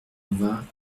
vingt